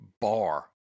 bar